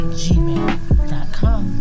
gmail.com